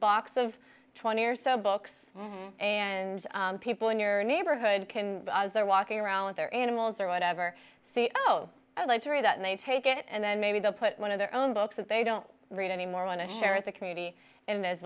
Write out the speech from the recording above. box of twenty or so books and people in your neighborhood can they're walking around with their animals or whatever see oh i'd like to read that they take it and then maybe they'll put one of their own books that they don't read anymore want to share at the community and as